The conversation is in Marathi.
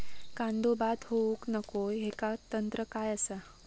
कांदो बाद होऊक नको ह्याका तंत्र काय असा?